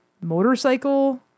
motorcycle